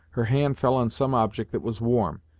her hand fell on some object that was warm,